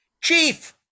Chief